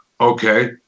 Okay